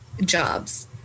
jobs